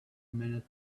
minute